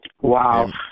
Wow